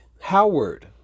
Howard